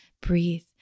breathe